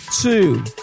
two